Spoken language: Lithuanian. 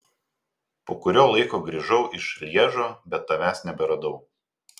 po kurio laiko grįžau iš lježo bet tavęs neberadau